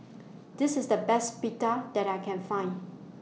This IS The Best Pita that I Can Find